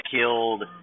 killed